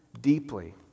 deeply